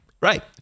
Right